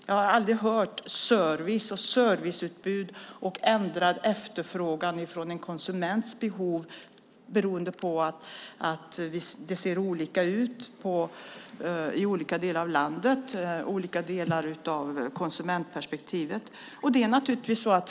Jag har aldrig hört service, serviceutbud och ändrad efterfrågan utifrån konsumenternas behov beroende på att det ser olika ut i olika delar av landet, alltså olika delar av konsumentperspektivet.